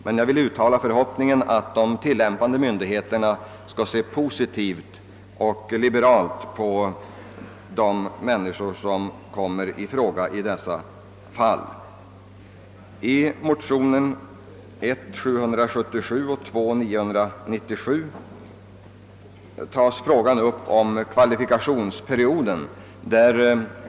Jag vill emellertid uttala förhoppningen att de tilläm pande myndigheterna skall se positivt och liberalt på de fall som kan bli aktuella. I motionerna I: 771 och 11:997 tar man upp frågan om kvalifikationsperioden.